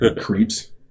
creeps